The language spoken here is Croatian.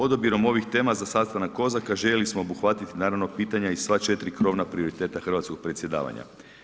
Odabirom ovih tema za sastanak COSAC-a željeli smo obuhvatiti naravno pitanja i sva četiri krovna prioriteta hrvatskog predsjedavanja.